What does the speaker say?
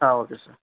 ah okay sir